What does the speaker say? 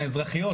האזרחיות,